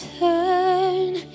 Turn